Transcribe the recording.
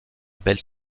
belle